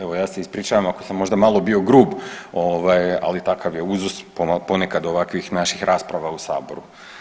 Evo ja se ispričavam ako sam možda bio malo grub, ali takav je uzus ponekad ovakvih naših rasprava u Saboru.